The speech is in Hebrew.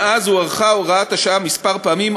מאז הוארכה הוראת השעה כמה פעמים,